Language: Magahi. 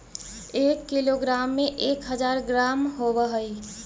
एक किलोग्राम में एक हज़ार ग्राम होव हई